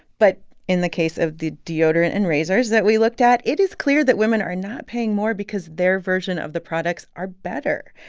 but in the case of the deodorant and razors that we looked at, it is clear that women are not paying more because their version of the products are better.